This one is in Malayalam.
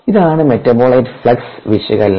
ഇതാണ് മെറ്റാബോലൈറ്റ് ഫ്ലക്സ് വിശകലനം